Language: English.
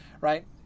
right